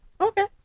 Okay